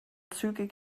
zügig